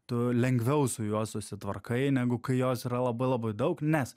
tu lengviau su juo susitvarkai negu kai jos yra labai labai daug nes